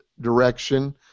direction